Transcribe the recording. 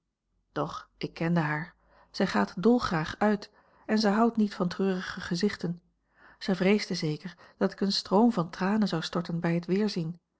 doch ik kende haar zij gaat dolgraag uit en zij houdt niet van treurige gezichten zij vreesde zeker dat ik een stroom van tranen zou storten bij het